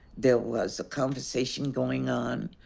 there was a conversation going on.